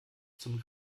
zum